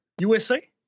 USA